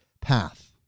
path